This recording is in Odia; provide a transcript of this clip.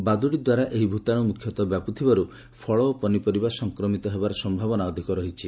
ବାଦୁଡ଼ି ଦ୍ୱାରା ଏହି ଭୂତାଣୁ ମୁଖ୍ୟତ ବ୍ୟାପୁଥିବାରୁ ଫଳ ଓ ପନିପରିବା ସଂକ୍ମିତ ହେବାର ସମ୍ଭାବନା ଅଧିକ ରହିଛି